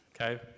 Okay